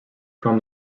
from